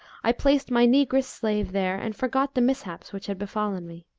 i placed my negress-slave there and forgot the mishaps which had befallen me.